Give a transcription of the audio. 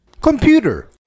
Computer